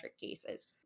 cases